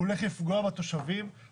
הוא הולך לפגוע בתושבים,